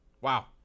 Wow